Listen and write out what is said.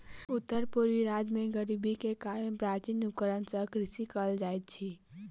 उत्तर पूर्वी राज्य में गरीबी के कारण प्राचीन उपकरण सॅ कृषि कयल जाइत अछि